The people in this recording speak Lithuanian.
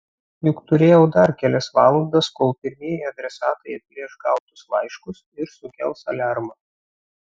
juk turėjau dar kelias valandas kol pirmieji adresatai atplėš gautus laiškus ir sukels aliarmą